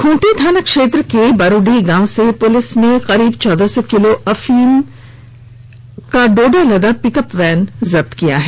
खूंटी थाना क्षेत्र के बारूडीह गांव से पुलिस ने करीब चौदह सौ किलो अवैध अफीम का डोडा लदा पिकअप वैन जब्त किया है